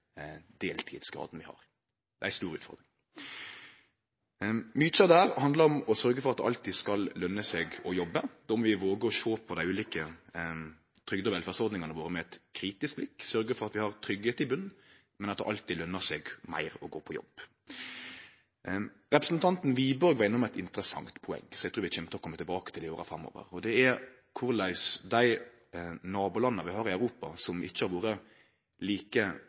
deltidsgraden vi har – ei stor utfordring. Mykje av dette handlar om å sørgje for at det alltid skal løne seg å jobbe. Då må vi våge å sjå på dei ulike trygde- og velferdsordningane våre med eit kritisk blikk, sørgje for at vi har tryggleik i botnen, men at det alltid løner seg meir å gå på jobb. Representanten Wiborg var innom eit interessant poeng, som eg trur vi kjem til å kome tilbake til i åra framover. Det gjeld dei nabolanda vi har i Europa, som ikkje har vore like